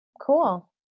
Cool